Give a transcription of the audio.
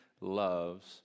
loves